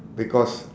because